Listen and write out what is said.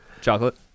Chocolate